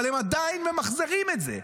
אבל הם עדיין ממחזרים את זה.